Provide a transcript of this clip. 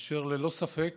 אשר ללא ספק